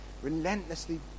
relentlessly